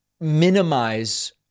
minimize